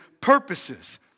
purposes